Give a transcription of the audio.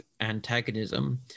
antagonism